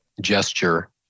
gesture